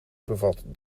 bevat